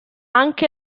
anche